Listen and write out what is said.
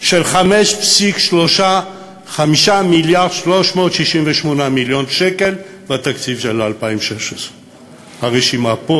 של 5.368 מיליארד שקל בתקציב של 2016. הרשימה פה,